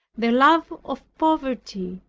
the love of poverty,